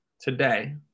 today